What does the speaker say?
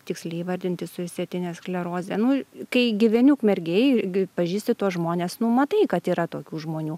tiksliai įvardinti su išsėtine skleroze nu kai gyveni ukmergėj gi pažįsti tuos žmones nu matai kad yra tokių žmonių